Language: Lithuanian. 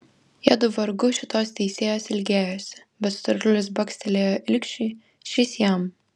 jiedu vargu šitos teisėjos ilgėjosi bet storulis bakstelėjo ilgšiui šis jam